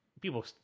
people